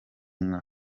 nka